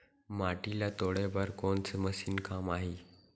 माटी ल तोड़े बर कोन से मशीन काम आही?